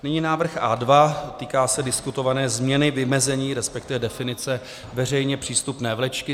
Nyní návrh A2 týká se diskutované změny vymezení, resp. definice veřejně přístupné vlečky.